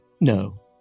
No